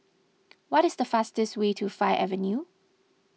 what is the fastest way to Fir Avenue